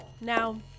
Now